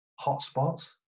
hotspots